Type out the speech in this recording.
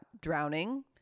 Drowning